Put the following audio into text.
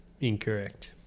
Incorrect